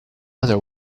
other